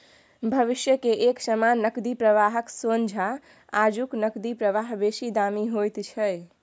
भविष्य के एक समान नकदी प्रवाहक सोंझा आजुक नकदी प्रवाह बेसी दामी होइत छै